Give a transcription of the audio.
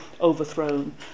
overthrown